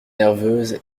nerveuse